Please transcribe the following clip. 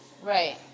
Right